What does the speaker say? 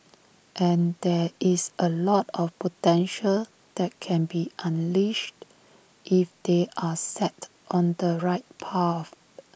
and there is A lot of potential that can be unleashed if they are set on the right path